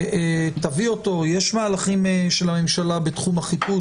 יש מהלכים של הממשלה בתחום החיפוש,